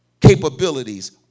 capabilities